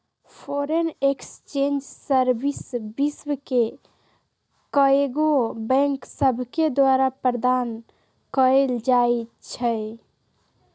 foreign exchange service विश्व के कएगो बैंक सभके द्वारा प्रदान कएल जाइ छइ